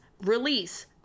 release